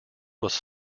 was